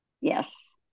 Yes